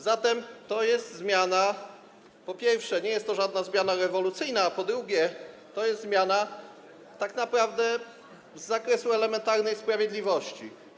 Zatem, po pierwsze, nie jest to żadna zmiana rewolucyjna, a po drugie, to jest zmiana tak naprawdę z zakresu elementarnej sprawiedliwości.